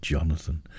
Jonathan